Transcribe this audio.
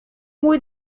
mój